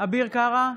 אביר קארה,